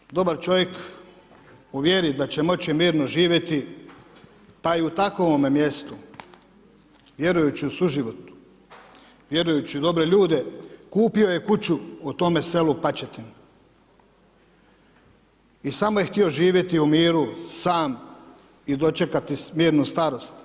Ilija, dobar čovjek u vjeri da će moći mirno živjeti, pa i u takvome mjestu, vjerujući u suživot, vjerujući u dobre ljude, kupio je kuću u tome selu Pačetin, i samo je htio živjeti u miru, sam i dočekati mirnu starost.